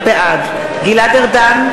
בעד גלעד ארדן,